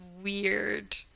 weird